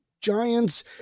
Giants